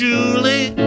Julie